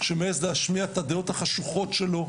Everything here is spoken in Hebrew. שמעז להשמיע את הדעות החשוכות שלו,